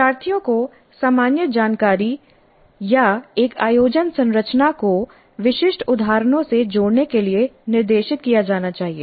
शिक्षार्थियों को सामान्य जानकारी या एक आयोजन संरचना को विशिष्ट उदाहरणों से जोड़ने के लिए निर्देशित किया जाना चाहिए